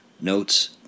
notes